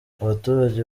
abaturage